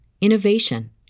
innovation